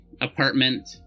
apartment